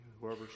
Whoever